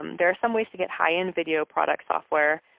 um there are some ways to get high end video product software.